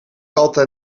altijd